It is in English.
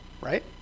Right